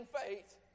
faith